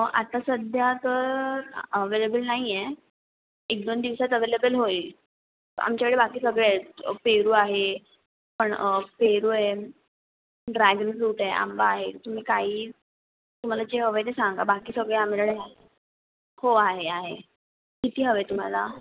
मग आता सध्या तर अवेलेबल नाही आहे एक दोन दिवसात अवेलेबल होईल आमच्याकडे बाकी सगळे आहेत पेरू आहे पण पेरू आहे ड्रॅगन फ्रूट आहे आंबा आहे तुम्ही काहीही तुम्हाला जे हवं आहे ते सांगा बाकी सगळे आमच्याकडे हो आहे आहे किती हवे तुम्हाला